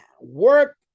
work